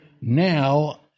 now